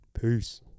Peace